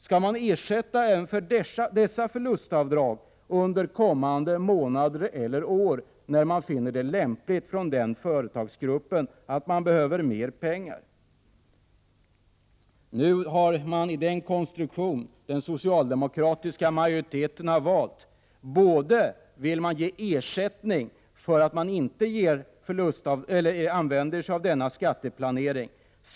Skall vi ersätta även för dessa förlustavdrag under kommande månader eller år, när man finner det lämpligt inom den företagsgruppen — när man behöver mer pengar? I den konstruktion som den socialdemokratiska majoriteten har valt vill man ge ersättning för att denna skatteplanering inte används.